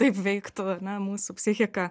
taip veiktų na mūsų psichika